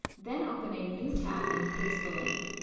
then open a new tab and paste the link.